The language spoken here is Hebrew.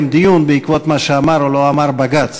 דיון בעקבות מה שאמר או לא אמר בג"ץ.